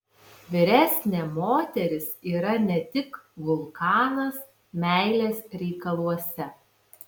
vyresnė moteris yra ne tik vulkanas meilės reikaluose